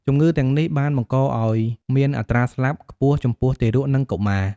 ជំងឺទាំងនេះបានបង្កឱ្យមានអត្រាស្លាប់ខ្ពស់ចំពោះទារក និងកុមារ។